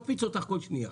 למה זה מקפיץ אותך כל שנייה?